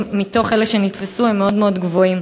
מתוך אלה שנתפסו הם מאוד מאוד גבוהים.